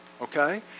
Okay